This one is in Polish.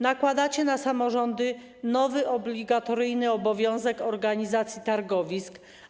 Nakładacie na samorządy nowy obligatoryjny obowiązek organizacji targowisk.